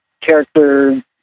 character